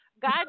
God